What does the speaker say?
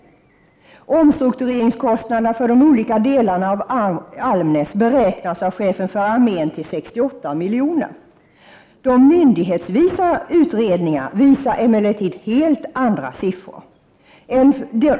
Omstruktureringskostnaderna för de olika delarna av Almnäs beräknas av chefen för armén till 68 milj.kr. De myndighetsvisa utredningarna visar emellertid helt andra siffror.